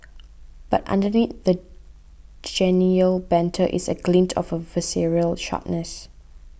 but underneath the genial banter is a glint of a visceral sharpness